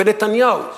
ונתניהו?